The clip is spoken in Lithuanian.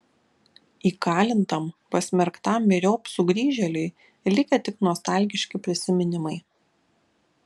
įkalintam pasmerktam myriop sugrįžėliui likę tik nostalgiški prisiminimai